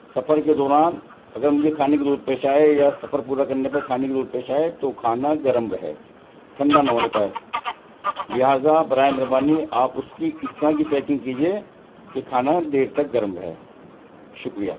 سفر کے دوران اگر مجھے کھانے کی ضرورت پیش آئے یا سفر پورا کرنے پر کھانے کی ضرورت پیش آئے تو کھانا گرم رہے ٹھنڈا نہ ہونے پائے لہٰذا برائے مہربانی آپ اس کی اس طرح کی پیکنگ کیجیے کہ کھانا دیر تک گرم رہے شکریہ